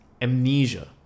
amnesia